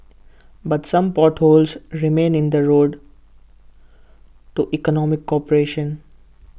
but some potholes remain in the road to economic cooperation